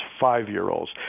five-year-olds